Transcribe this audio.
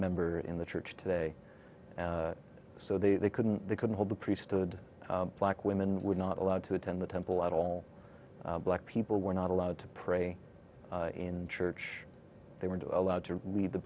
member in the church today so they couldn't they couldn't hold the priesthood black women were not allowed to attend the temple at all black people were not allowed to pray in church they were to allowed to read the